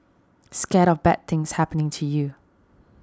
scared of bad things happening to you